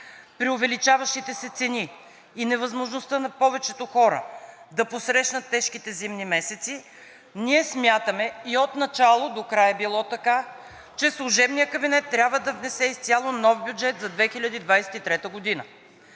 При увеличаващите се цени и невъзможността на повечето хора да посрещнат тежките зимни месеци ние смятаме, отначало докрай е било така, че служебният кабинет трябва да внесе изцяло нов бюджет за 2023 г.